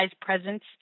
presence